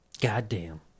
Goddamn